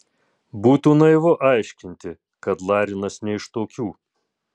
būtų naivu aiškinti kad larinas ne iš tokių